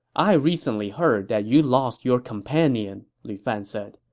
i recently heard that you lost your companion, lu fan said.